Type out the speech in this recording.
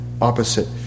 opposite